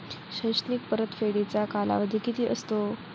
शैक्षणिक परतफेडीचा कालावधी किती असतो?